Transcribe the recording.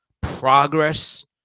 progress